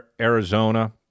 Arizona